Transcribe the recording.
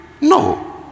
No